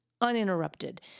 uninterrupted